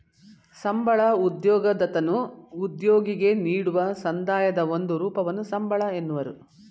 ಸಂಬಳ ಉದ್ಯೋಗದತನು ಉದ್ಯೋಗಿಗೆ ನೀಡುವ ಸಂದಾಯದ ಒಂದು ರೂಪವನ್ನು ಸಂಬಳ ಎನ್ನುವರು